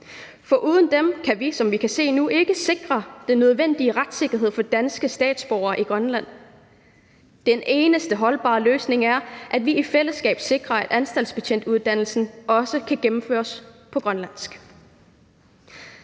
kan se det nu, ikke sikre den nødvendige retssikkerhed for danske statsborgere i Grønland. Den eneste holdbare løsning er, at vi i fællesskab sikrer, at anstaltsbetjentuddannelsen også kan gennemføres på grønlandsk.